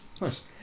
Nice